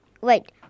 Wait